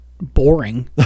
boring